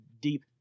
deep